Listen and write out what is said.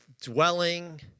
dwelling